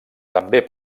també